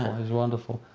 he's wonderful.